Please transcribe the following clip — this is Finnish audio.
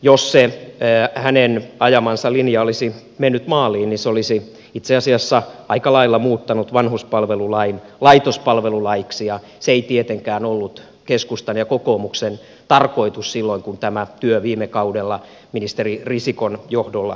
jos se hänen ajamansa linja olisi mennyt maaliin se olisi itse asiassa aika lailla muuttanut vanhuspalvelulain laitospalvelulaiksi ja se ei tietenkään ollut keskustan ja kokoomuksen tarkoitus silloin kun tämä työ viime kaudella ministeri risikon johdolla käynnistettiin